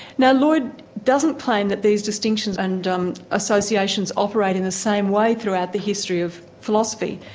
now lloyd doesn't claim that these distinctions and um associations operate in the same way throughout the history of philosophy.